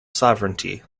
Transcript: sovereignty